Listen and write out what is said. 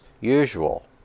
usual